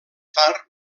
tard